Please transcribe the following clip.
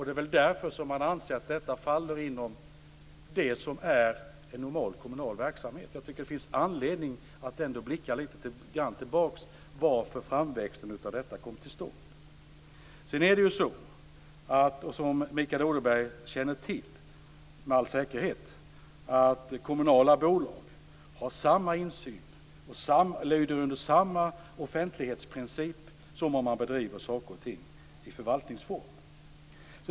Det är väl därför man anser att dessa verksamheter faller inom normal kommunal verksamhet. Jag tycker att det finns anledning att blicka tillbaks litet grand och se varför dessa verksamheter växte fram. Som Mikael Odenberg med all säkerhet känner till lyder kommunala bolag under samma offentlighetsprincip som verksamheter som bedrivs i förvaltningsform. Det är samma insyn.